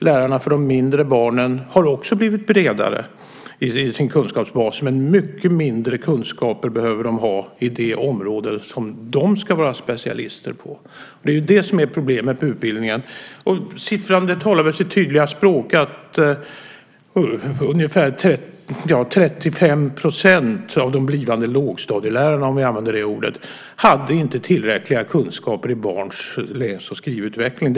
Lärarna för de mindre barnen har också blivit bredare i sin kunskapsbas, men mycket mindre kunskaper behöver de ha inom det område som de ska vara specialister på. Det är det som är problemet med utbildningen. Siffran talar sitt tydliga språk: Ungefär 35 % av de blivande lågstadielärarna, om jag använder det ordet, hade inte tillräckliga kunskaper i barns läs och skrivutveckling.